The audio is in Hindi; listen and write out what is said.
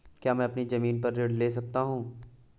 क्या मैं अपनी ज़मीन पर ऋण ले सकता हूँ?